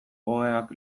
oheak